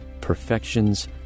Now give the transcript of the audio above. perfections